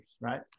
right